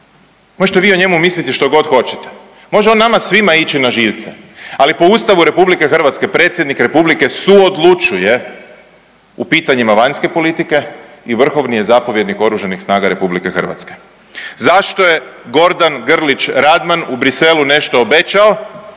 Možete vi o njemu misliti što god hoćete, može on nama svima ići na živce, ali po Ustavu RH predsjednik republike suodlučuje u pitanjima vanjske politike i vrhovni je zapovjednik oružanih snaga RH. Zašto je Gordan Grlić Radman u Briselu nešto obećao,